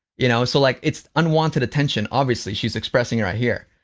you know, so, like, it's unwanted attention, obviously, she's expressing it right here.